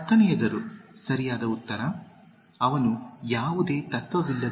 ಹತ್ತನೇಯದರ ಸರಿಯಾದ ಉತ್ತರ ಅವನು ಯಾವುದೇ ತತ್ವವಿಲ್ಲದೆ